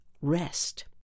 rest